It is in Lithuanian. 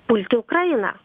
pulti ukrainą